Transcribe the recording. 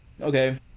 okay